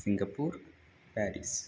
Singapore Paris